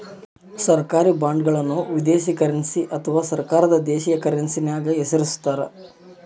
ಸರ್ಕಾರಿ ಬಾಂಡ್ಗಳನ್ನು ವಿದೇಶಿ ಕರೆನ್ಸಿ ಅಥವಾ ಸರ್ಕಾರದ ದೇಶೀಯ ಕರೆನ್ಸ್ಯಾಗ ಹೆಸರಿಸ್ತಾರ